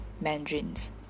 mandarins